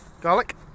Garlic